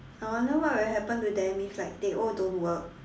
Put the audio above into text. I wonder what will happen to them if like they all don't work